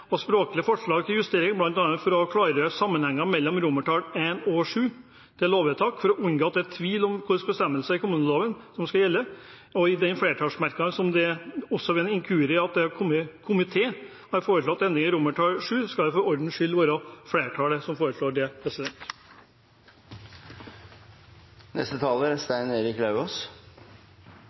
og språklige forslag til justering, bl.a. for å klargjøre sammenhengen mellom I og VII i forslaget til lovvedtak for å unngå at det er tvil om hvilke bestemmelser i kommuneloven som skal gjelde. I denne flertallsmerknaden står det også ved en inkurie at komiteen har foreslått en endring i VII. Det skal for ordens skyld være flertallet som foreslår det. Takk til saksordføreren for innledning og avklaring – det var veldig fint. Det er